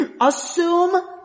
Assume